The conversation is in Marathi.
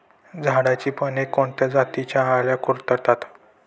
झाडाची पाने कोणत्या जातीच्या अळ्या कुरडतात?